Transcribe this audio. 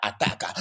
attack